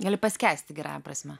gali paskęsti gerąja prasme